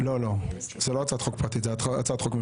לא, זו לא הצעת חוק פרטית, זו הצעת חוק ממשלתית.